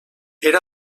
era